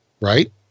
right